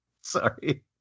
Sorry